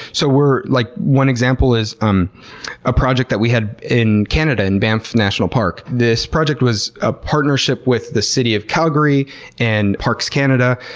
so like one example is um a project that we had in canada in banff national park. this project was a partnership with the city of calgary and parks canada,